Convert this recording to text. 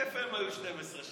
איפה הם היו 12 שנה?